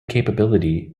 capability